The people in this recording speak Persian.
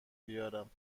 بیارم